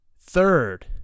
third